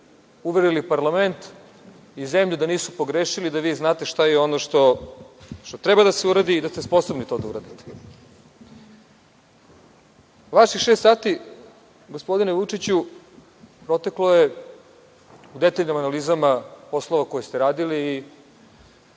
uverili parlament i zemlju da nisu pogrešili, da vi znate šta je ono što treba da se uradi i da ste sposobni to da uradite. Vaših šest sati gospodine Vučiću proteklo je u detaljnim analizama poslova koje ste radili